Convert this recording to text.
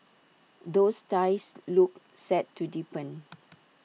those ties look set to deepen